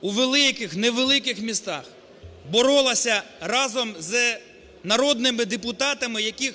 у великих, невеликих містах боролося разом з народними депутатами, яких